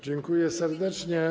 Dziękuję serdecznie.